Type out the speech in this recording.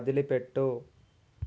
వదిలిపెట్టు